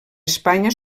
espanya